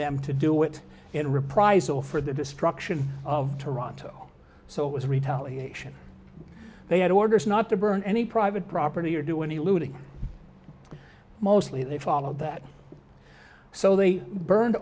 them to do it in reprisal for the destruction of toronto so was retaliation they had orders not to burn any private property or do any looting mostly they follow that so they burned